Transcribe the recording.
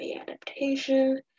adaptation